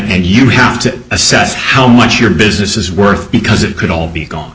and you have to assess how much your business is worth because it could all be gone